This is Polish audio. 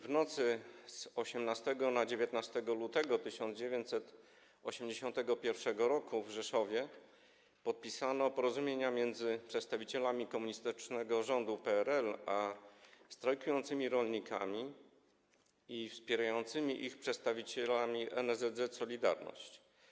W nocy z 18 na 19 lutego 1981 r. w Rzeszowie podpisano porozumienia między przedstawicielami komunistycznego rządu PRL a strajkującymi rolnikami i wspierającymi ich przedstawicielami NSZZ „Solidarność”